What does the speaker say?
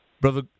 Brother